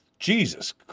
Jesus